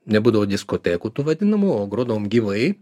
nebūdavo diskotekų tų vadinamų o grodavom gyvai